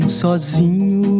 sozinho